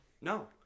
no